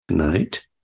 tonight